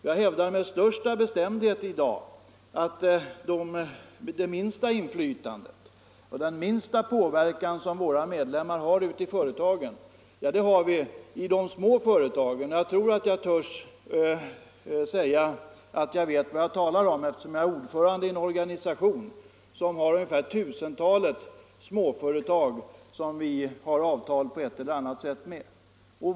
Jag hävdar med största bestämdhet i dag att det minsta inflytandet och den minsta påverkan har våra medlemmar i de små företagen. Jag tror jag vågar säga att jag vet vad jag talar om, eftersom jag är ordförande i en organisation som på ett eller annat sätt har avtal med ungefär tusentalet småföretag.